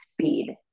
speed